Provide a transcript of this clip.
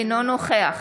אינו נוכח